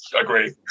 agree